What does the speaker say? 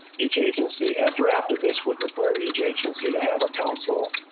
each agency has drafted this would require each agency to have a council.